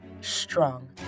strong